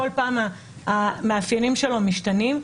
כל פעם המאפיינים שלו משתנים.